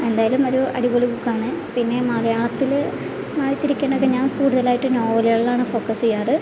എന്തായാലും ഒരു അടിപൊളി ബുക്കാണ് പിന്നെ മലയാളത്തിൽ വായിച്ചിരിക്കണത് ഞാൻ കൂടുതലായിട്ടും നോവലുകളിലാണ് ഫോക്കസ് ചെയ്യാറ്